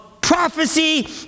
prophecy